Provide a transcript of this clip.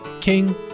King